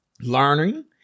learning